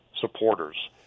supporters